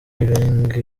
ibenge